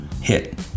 Hit